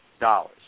Dollars